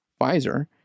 Pfizer